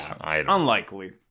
Unlikely